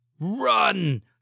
Run